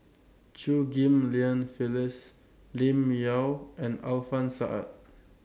Chew Ghim Lian Phyllis Lim Yau and Alfian Sa'at